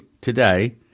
today